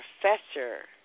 professor